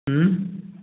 हूँ